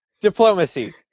diplomacy